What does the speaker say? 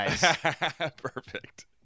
perfect